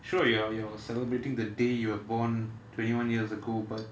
sure you are you're celebrating the day you were born twenty one years ago but